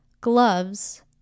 gloves